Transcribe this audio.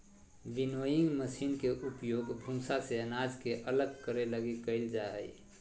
winnowing machine के उपयोग भूसा से अनाज के अलग करे लगी कईल जा हइ